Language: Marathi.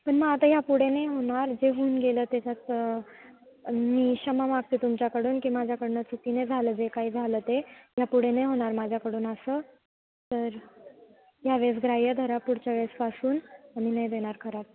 पण मग आता यापुढे नाही होणार जे होऊन गेलं त्याच्यात मी क्षमा मागते तुमच्याकडून की माझ्याकडनं चुकीने झालं जे काही झालं ते या पुढे नाही होणार माझ्याकडून असं तर ह्या वेळेस ग्राह्य धरा पुढच्या वेळेसपासून आम्ही नाही देणार खराब